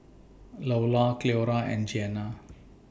Loula Cleora and Jeana